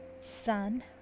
sun